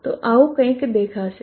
તે આવું કઈક દેખાશે